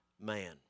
man